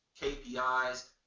KPIs